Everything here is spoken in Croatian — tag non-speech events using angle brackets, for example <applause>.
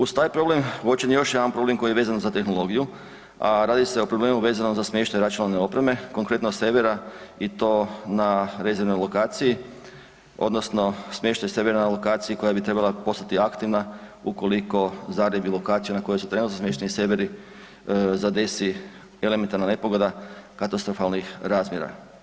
Uz taj problem, uočen je još jedan problem koji je vezan za tehnologiju, a radi se o problemu vezano za smještaj računalne opreme, konkretno servera i to na rezervnoj lokaciji, odnosno smještaj ... <unintelligible> lokaciji koja bi trebala postati aktivna ukoliko Zagreb i lokaciju na kojoj su trenutno smješteni serveri zadesi elementarna nepogoda katastrofalnih razmjera.